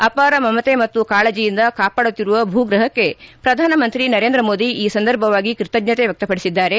ಅಪಾರ ಮಮತೆ ಮತ್ತು ಕಾಳಜೆಯಿಂದ ಕಾಪಾಡುತ್ತಿರುವ ಭೂಗ್ರಪಕ್ಕೆ ಪ್ರಧಾನಮಂತ್ರಿ ನರೇಂದ್ರ ಮೋದಿ ಈ ಸಂದರ್ಭವಾಗಿ ಕೃತಜ್ಞತೆ ವ್ಯಕ್ತಪಡಿಸಿದ್ದಾರೆ